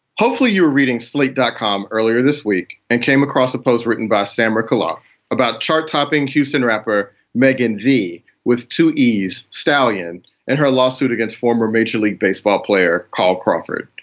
hopefully you're reading slate dot com earlier this week and came across a post written by samour colloff about chart-topping houston rapper meghan g with two e's stallion in her lawsuit against former major league baseball player carl crawford.